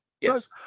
yes